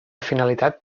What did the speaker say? finalitat